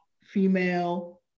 female